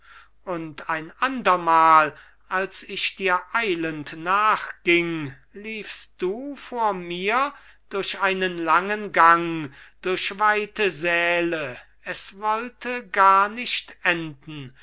und ein andermal als ich dir eilend nachging liefst du vor mir durch einen langen gang durch weite säle es wollte gar nicht enden